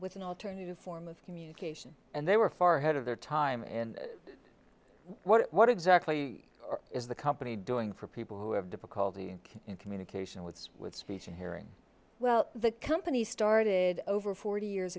with an alternative form of communication and they were far ahead of their time in what exactly is the company doing for people who have difficulty in communication with with speech and hearing well the company started over forty years